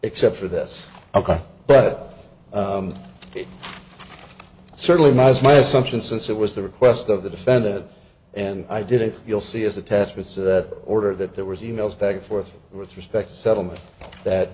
except for this ok but it certainly was my assumption since it was the request of the defendant and i did it you'll see is attached with that order that there was e mails back and forth with respect to settlement that